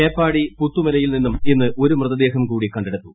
മേപ്പാടി പുത്തുമലയിൽ നിന്നുള്ള്ള്ള്ള് ഒരു മൃതദേഹം കൂടി കണ്ടെടുത്തു